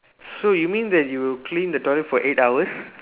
so you mean that you would clean the toilet for eight hours